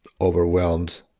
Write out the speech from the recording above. overwhelmed